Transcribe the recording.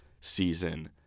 season